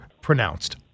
pronounced